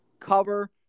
cover